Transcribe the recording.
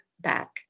back